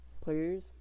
players